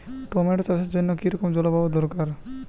Tomato চাষের জন্য কি রকম জলবায়ু দরকার?